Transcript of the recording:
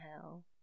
hell